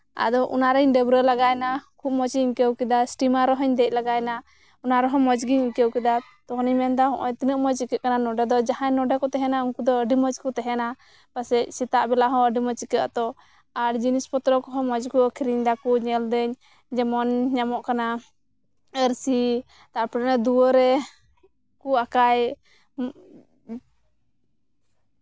ᱟᱫᱚ ᱚᱱᱟ ᱨᱤᱧ ᱰᱟ ᱵᱨᱟᱹ ᱞᱮᱜᱟᱭ ᱱᱟ ᱟᱹᱰᱤ ᱢᱚᱡᱽᱜᱤᱧ ᱟᱹᱭᱠᱟᱹᱣ ᱠᱮᱫᱟ ᱥᱴᱤᱢᱟᱨ ᱨᱮᱦᱚᱧ ᱫᱮᱡ ᱞᱮᱜᱟᱭ ᱱᱟ ᱚᱱᱟ ᱨᱮᱦᱚᱸ ᱢᱚᱡᱽ ᱜᱤᱧ ᱟᱭᱠᱟᱹᱣ ᱠᱮᱫᱟ ᱛᱤᱱᱟᱹᱜ ᱢᱚᱡᱽ ᱟᱹᱭᱠᱟᱹᱜ ᱠᱟᱣᱟ ᱱᱚᱸᱰᱮ ᱫᱚ ᱡᱟᱦᱟᱸᱭ ᱱᱚᱸᱰᱮ ᱠᱚ ᱛᱟᱦᱮᱱᱟ ᱩᱱᱠᱩ ᱫᱚ ᱟᱹᱰᱤ ᱢᱚᱡᱽ ᱠᱚ ᱛᱟᱦᱮᱱᱟ ᱯᱟᱥᱮᱡ ᱥᱮᱛᱟᱜ ᱵᱮᱞᱟ ᱦᱚᱸ ᱟᱹᱰᱤ ᱢᱚᱡᱽ ᱟᱹᱭᱠᱟᱹᱜ ᱟᱛᱳ ᱟᱨ ᱡᱤᱱᱤᱥ ᱯᱚᱛᱨᱚ ᱠᱚᱦᱚᱸ ᱢᱚᱡᱽ ᱜᱮ ᱟᱠᱷᱨᱤᱧ ᱫᱟᱠᱚ ᱧᱮᱞ ᱫᱟᱹᱧ ᱡᱮᱢᱚᱱ ᱧᱟᱢᱚᱜ ᱠᱟᱱᱟ ᱟᱨᱥᱤ ᱛᱟᱨᱯᱚᱨᱮ ᱱᱟᱜ ᱫᱩᱣᱟᱹᱨ ᱨᱮ ᱠᱩ ᱟᱠᱟᱭ